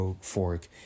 fork